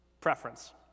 preference